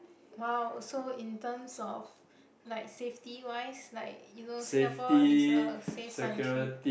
!wow! so in terms of like safety wise like you know Singapore is a safe country